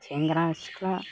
सेंग्रा सिख्ला